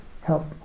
help